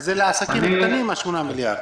זה לעסקים הקטנים, ה-8 מיליארד.